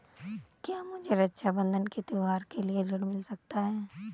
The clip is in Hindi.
क्या मुझे रक्षाबंधन के त्योहार के लिए ऋण मिल सकता है?